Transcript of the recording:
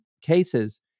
cases